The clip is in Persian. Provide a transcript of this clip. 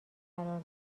قرار